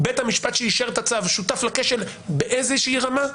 בית המשפט שאישר את הצו שותף לכשל באיזה רמה,